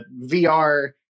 VR